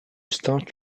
start